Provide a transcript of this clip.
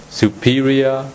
superior